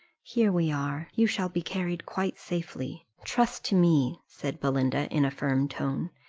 here we are you shall be carried quite safely trust to me, said belinda, in a firm tone,